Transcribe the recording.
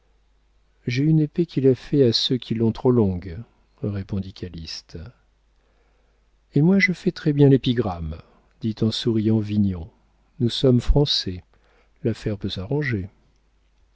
j'ai une épée qui la fait à ceux qui l'ont trop longue répondit calyste et moi je fais très-bien l'épigramme dit en souriant vignon nous sommes français l'affaire peut s'arranger